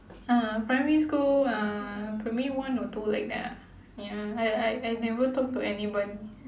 uh primary school uh primary one or two like that ah ya I I I never talked to anybody